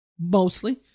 mostly